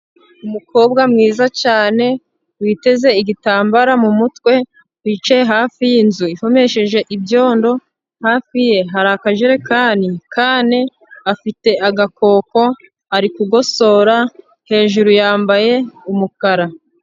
Umukobwa mwiza cyane witeze igitambara mu mutwe wicaye hafi yinzu ihomesheje ibyondo, hafi ye hari akajerekani k'ane, afite agakoko ari kugosora, hejuru yambaye umukara.